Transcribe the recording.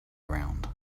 ground